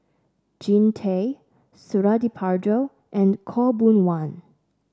Jean Tay Suradi Parjo and Khaw Boon Wan